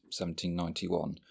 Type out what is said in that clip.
1791